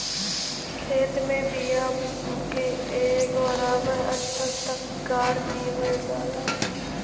खेत में बिया के एक बराबर अन्दर तक गाड़ देवल जाला